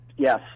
Yes